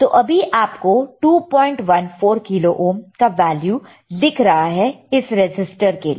तो अभी आप को 214 किलो ओहम का वैल्यू दिख रहा है इस रेसिस्टर के लिए